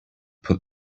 put